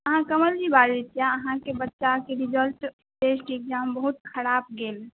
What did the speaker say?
अहाँ कमल जी बाजै छिए अहाँके बच्चाके रिजल्ट टेस्ट एग्जाम बहुत खराब गेल